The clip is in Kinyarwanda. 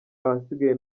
ahasigaye